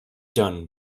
done